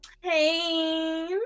hey